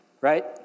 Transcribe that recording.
Right